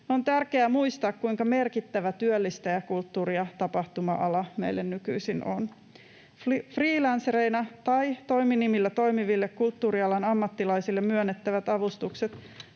On tärkeää muistaa, kuinka merkittävä työllistäjä kulttuuri‑ ja tapahtuma-ala meille nykyisin on. Freelancereina tai toiminimillä toimiville kulttuurialan ammattilaisille myönnettävät avustukset